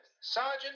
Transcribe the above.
Sergeant